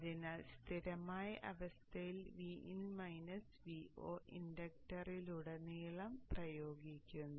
അതിനാൽ സ്ഥിരമായ അവസ്ഥയിൽ Vin Vo ഇൻഡക്ടറിലുടനീളം പ്രയോഗിക്കുന്നു